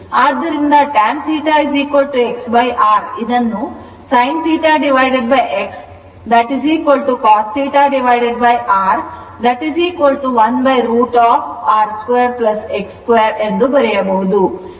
ಆದ್ದರಿಂದ tan θ XR ಇದನ್ನು sin θX cos θR 1√ over R2 X2 ಎಂದು ಬರೆಯಬಹುದು